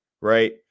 right